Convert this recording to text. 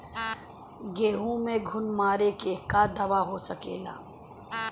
गेहूँ में घुन मारे के का दवा हो सकेला?